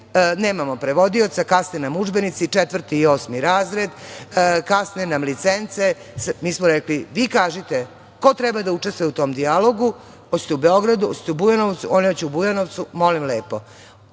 nemamo prevodioca, kasne nam udžbenici, četvrti i osmi razred, kasne nam licence. Mi smo rekli – vi kažite ko treba da učestvuje u tom dijalogu, hoćete u Beogradu, hoćete u Bujanovcu, oni hoće u Bujanovcu, molim lepo. Taj